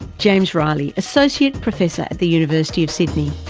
james reilly, associate professor at the university of sydney.